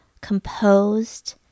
composed